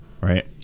Right